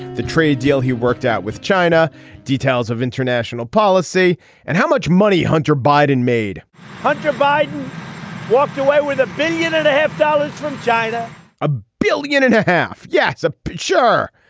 the trade deal he worked out with china details of international policy and how much money hunter biden made hunter biden walked away with a billion and a half dollars from china a billion and a half yes i'm sure.